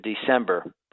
December